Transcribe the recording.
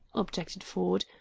objected ford.